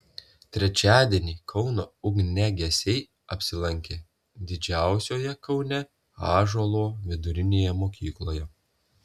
trečiadienį kauno ugniagesiai apsilankė didžiausioje kaune ąžuolo vidurinėje mokykloje